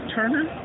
Turner